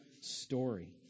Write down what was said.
story